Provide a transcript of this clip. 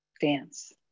dance